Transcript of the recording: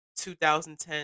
2010